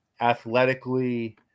athletically